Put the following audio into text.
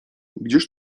gdzież